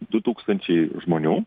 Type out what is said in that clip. du tūkstančiai žmonių